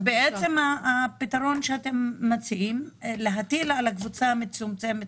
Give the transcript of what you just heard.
הפתרון שאתם מציעים הוא להטיל על הקבוצה המצומצמת